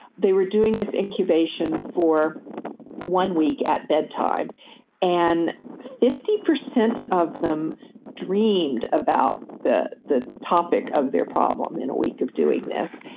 they were doing this incubation for one week at bedtime and fifty percent of them dreamed about the the topic of their problem in a week of doing this,